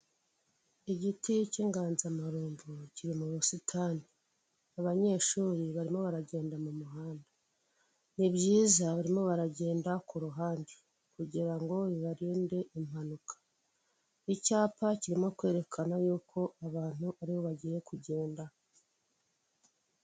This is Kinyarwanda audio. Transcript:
Igiti cy'inganzamarumbu kiri mu busitani. Abanyeshuri barimo baragenda mu muhanda. Ni byiza barimo baragenda ku ruhande, kugira ngo bibarinde impanuka. Icyapa kirimo kwerekana yuko abantu aribo bagiye kugenda.